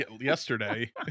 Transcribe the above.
yesterday